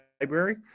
Library